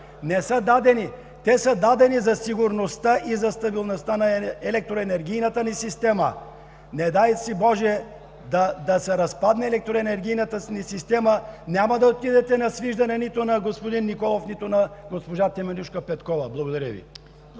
не са дадени. Те са дадени за сигурността и за стабилността на електроенергийната ни система. Не дай си боже да се разпадне електроенергийната ни система, няма да отидете на свиждане нито на господин Николов, нито на госпожа Теменужка Петкова. Благодаря Ви.